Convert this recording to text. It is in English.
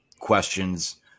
questions